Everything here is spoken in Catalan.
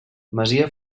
masia